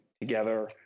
together